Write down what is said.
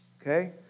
Okay